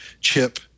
chip